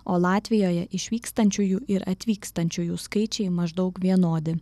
o latvijoje išvykstančiųjų ir atvykstančiųjų skaičiai maždaug vienodi